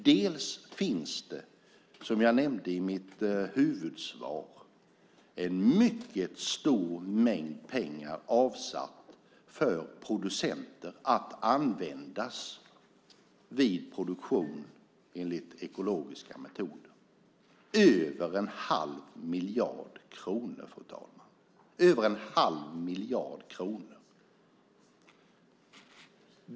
Bland annat finns, som jag nämnde i mitt interpellationssvar, en mycket stor mängd pengar avsatt för producenter att användas vid produktion enligt ekologiska metoder. Det är över 1⁄2 miljard kronor, fru talman.